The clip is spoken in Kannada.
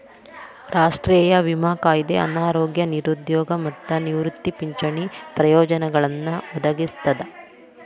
ರಾಷ್ಟ್ರೇಯ ವಿಮಾ ಕಾಯ್ದೆ ಅನಾರೋಗ್ಯ ನಿರುದ್ಯೋಗ ಮತ್ತ ನಿವೃತ್ತಿ ಪಿಂಚಣಿ ಪ್ರಯೋಜನಗಳನ್ನ ಒದಗಿಸ್ತದ